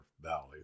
Valley